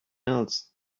else